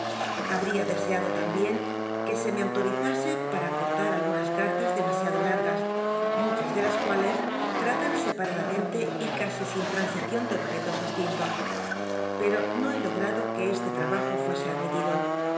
desea do también ique se me aatori zase para ooptar algunas cartas demasiado laim muchas de las cuaies tnun aeparadameiiie y casi skb transición de objetos distintos pero no u higrado que este traba fuese admitido